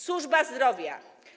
Służba zdrowia.